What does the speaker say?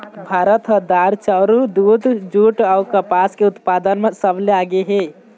भारत ह दार, चाउर, दूद, जूट अऊ कपास के उत्पादन म सबले आगे हे